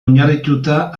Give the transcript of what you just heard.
oinarrituta